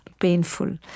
painful